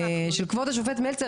יש חיילים,